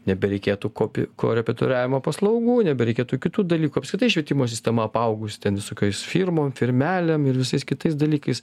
nebereikėtų kopi korepetitoriavimo paslaugų nebereikėtų kitų dalykų apskritai švietimo sistema apaugusi ten visokiais firmom firmelėm ir visais kitais dalykais